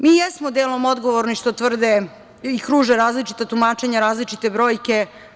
Mi jesmo delom odgovorni što tvrde i kruže različita tumačenja, različite brojke.